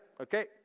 okay